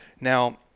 Now